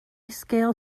scale